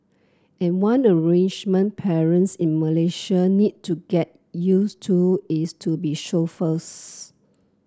and one arrangement parents in Malaysia need to get used to is to be chauffeurs